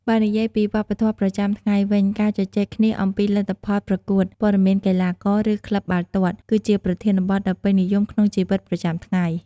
បើនិយាយពីវប្បធម៌ប្រចាំថ្ងៃវិញ ការជជែកគ្នាអំពីលទ្ធផលប្រកួត ព័ត៌មានកីឡាករ ឬក្លឹបបាល់ទាត់ គឺជាប្រធានបទដ៏ពេញនិយមក្នុងជីវិតប្រចាំថ្ងៃ។